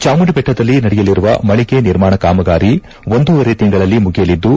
ಚಾಮುಂಡಿಬೆಟ್ಲದಲ್ಲಿ ನಡೆಯಲಿರುವ ಮಳಿಗೆ ನಿರ್ಮಾಣ ಕಾಮಗಾರಿ ಒಂದೂವರೆ ತಿಂಗಳಲ್ಲಿ ಮುಗಿಯಲಿದ್ದು